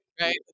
right